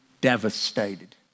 devastated